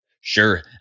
Sure